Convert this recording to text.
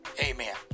Amen